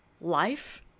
life